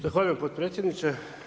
Zahvaljujem potpredsjedniče.